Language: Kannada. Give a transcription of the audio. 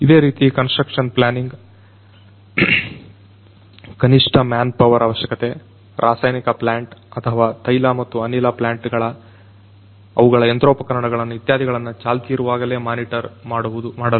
ಇದೇ ರೀತಿ ಕನ್ಸ್ಟ್ರಕ್ಷನ್ ಪ್ಲಾನಿಂಗ್ ಕನಿಷ್ಠ ಮ್ಯಾನ್ ಪವರ್ ಅವಶ್ಯಕತೆ ರಾಸಾಯನಿಕ ಪ್ಲಾಂಟ್ ಅಥವಾ ತೈಲ ಮತ್ತು ಅನಿಲ ಪ್ಲಾಂಟ್ ಗಳ ಅವುಗಳ ಯಂತ್ರೋಪಕರಣಗಳನ್ನು ಇತ್ಯಾದಿಗಳನ್ನು ಚಾಲ್ತಿಯಲ್ಲಿರುವಾಗಲೇ ಮಾನಿಟರಿಂಗ್ ಮಾಡಲು